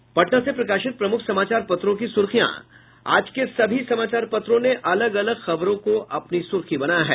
और अब पटना से प्रकाशित प्रमुख समाचार पत्रों की सुर्खियां आज के सभी समाचार पत्रों ने अलग अलग खबर को अपनी सुर्खी बनाया है